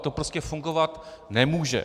To prostě fungovat nemůže!